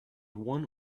one